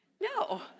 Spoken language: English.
No